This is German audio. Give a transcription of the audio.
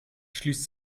schließt